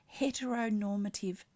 heteronormative